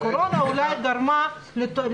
והקורונה אולי גרמה לסיבוכים.